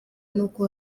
n’uko